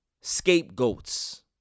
scapegoats